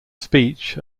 speech